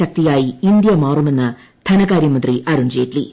ശക്തിയായി ഇന്ത്യ മാറുമെന്ന് ധനകാര്യമന്ത്രി അരുൺ ജെയ്റ്റ്ലി